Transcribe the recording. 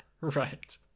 Right